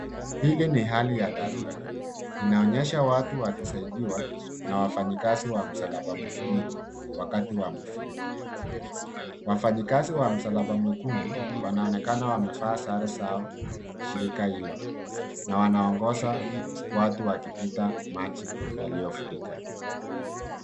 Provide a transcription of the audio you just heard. Hili ni hali ya dharura. Inaonyesha watu wakisaidiwa, na wafanyikazi wa msalaba mwekundu wakati wa mafuriko. Wafanyikazi wa msalaba mwekundu, wanaonekana wamevaa sare za shirika hilo. Wanaongoza watu wakipita maji yaliyofurika.